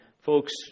folks